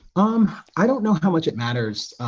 um, i don't know how much it matters, ah,